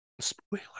Spoiler